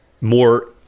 more